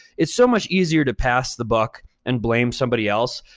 it's so much easier to pass the buck and blame somebody else.